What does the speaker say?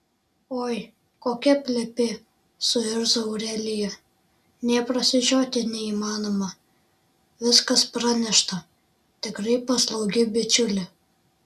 oi kokia plepė suirzo aurelija nė prasižioti neįmanoma viskas pranešta tikrai paslaugi bičiulė